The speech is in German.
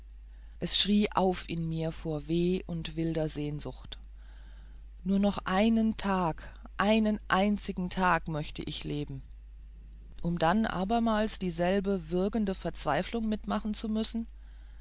es schrie auf in mir vor weh und wilder sehnsucht nur noch einen tag einen einzigen tag möchte ich leben um dann abermals dieselbe würgende verzweiflung mitmachen zu müssen